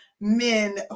men